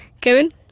Kevin